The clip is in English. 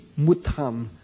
Mutam